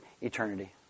eternity